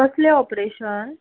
कसले ऑप्रेशन